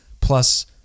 plus